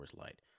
Light